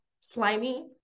slimy